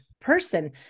person